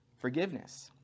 forgiveness